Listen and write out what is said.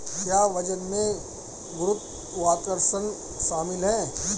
क्या वजन में गुरुत्वाकर्षण शामिल है?